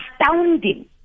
astounding